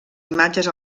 imatges